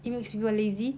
it makes people lazy